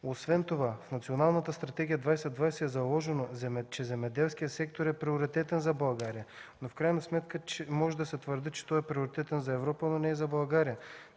Освен това в Национална стратегия 2020 е заложено, че земеделският сектор е приоритетен за България. В крайна сметка може да се твърди, че той е приоритетен за Европа, но не и за България.